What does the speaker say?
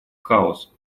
хаос